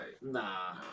nah